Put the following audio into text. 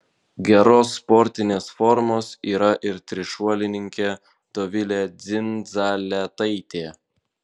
geros sportinės formos yra ir trišuolininkė dovilė dzindzaletaitė